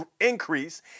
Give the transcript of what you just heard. increase